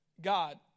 God